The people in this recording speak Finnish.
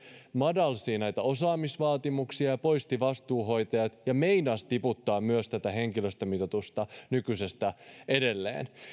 madalsi osaamisvaatimuksia ja poisti vastuuhoitajat ja meinasi tiputtaa myös tätä henkilöstömitoitusta nykyisestä edelleen